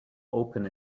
open